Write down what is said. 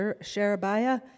Sherebiah